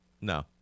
no